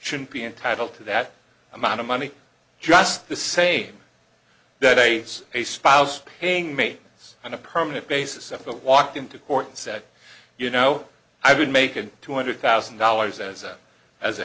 shouldn't be entitled to that amount of money just the same day as a spouse paying me on a permanent basis if it walked into court and said you know i would make a two hundred thousand dollars as a as a